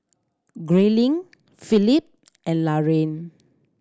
Grayling Philip and Laraine